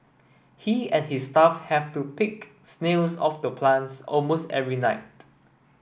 he and his staff have to pick snails off the plants almost every night